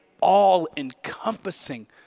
all-encompassing